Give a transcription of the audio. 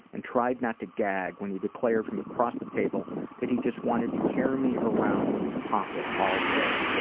and tried not to gag when he declared from across the table that he just wanted to carry me around in his pocket all day.